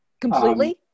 Completely